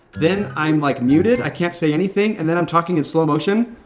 then i'm like muted. i can't say anything and then i'm talking in slow motion.